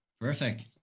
perfect